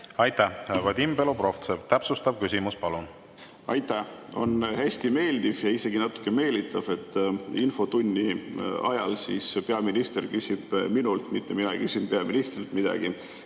Aitäh! Vadim Belobrovtsev, täpsustav küsimus, palun! Aitäh! On hästi meeldiv ja isegi natukene meelitav, et infotunni ajal peaminister küsib minult, mitte mina ei küsinud peaministrilt midagi.